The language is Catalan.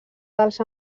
dels